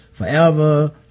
Forever